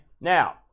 Now